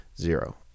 zero